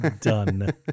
Done